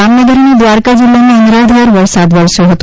જામનગર અને દ્વારકા જિલ્લામાં અનરાધાર વરસાદ વરસ્યો હતો